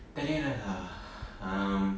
தெரியல:theriyala lah um